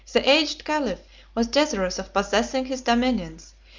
the aged caliph was desirous of possessing his dominions,